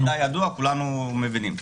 -- כולנו מכירים.